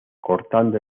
cortando